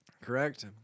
Correct